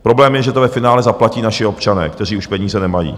Problém je, že to ve finále zaplatí naši občané, kteří už peníze nemají.